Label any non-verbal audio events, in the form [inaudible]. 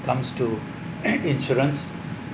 comes to [coughs] insurance